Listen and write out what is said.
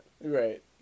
Right